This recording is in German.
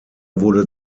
wurde